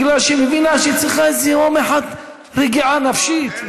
כי היא מבינה שהיא צריכה יום אחד רגיעה נפשית.